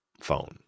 phone